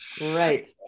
Right